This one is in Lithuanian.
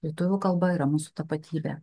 lietuvių kalba yra mūsų tapatybė